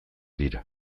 dira